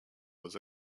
was